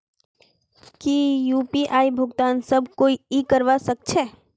की यु.पी.आई भुगतान सब कोई ई करवा सकछै?